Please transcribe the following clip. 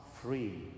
free